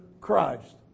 Christ